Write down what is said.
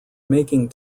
making